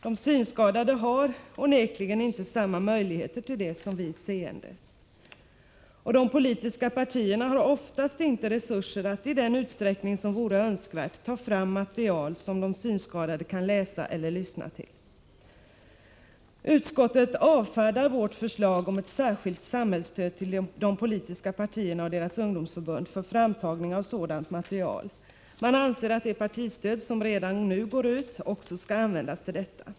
De synskadade har onekligen inte samma möjligheter till det som vi seende. Och de politiska partierna har oftast inte resurser att i den utsträckning som vore önskvärd ta fram material som de synskadade kan läsa eller lyssna till. Utskottet avfärdar vårt förslag om ett särskilt samhällsstöd till de politiska partierna och deras ungdomsförbund för framtagning av sådant material. Man anser att det partistöd som redan nu går ut också skall användas till detta.